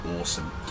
awesome